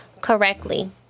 Correctly